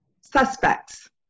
suspects